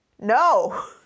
no